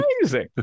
Amazing